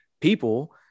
people